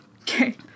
okay